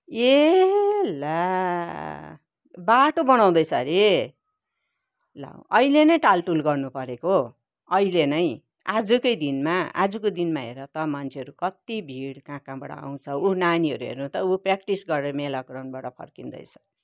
ए ला बाटो बनाउँदैछ हरे ला अहिले नै टालटुल गर्ने परेको अहिले नै आजकै दिनमा आजको दिनमा हेर त मान्छेहरू कति भिड कहाँ कहाँबाट आउँछ उ नानीहरू हेर्नु त उ प्रयाक्टिस गरेर मेला ग्राउन्डबाट फर्किँदैछ